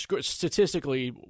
Statistically